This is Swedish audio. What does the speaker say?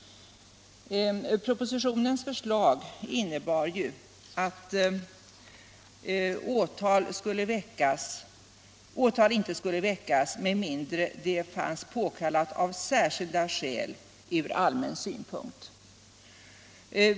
Propositionens förslag innebär att åtal inte skulle väckas med mindre det fanns påkallat av särskilda skäl från allmän synpunkt.